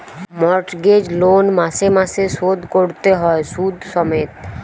mortgage loan মাসে মাসে শোধ কোরতে হয় শুধ সমেত